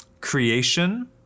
Creation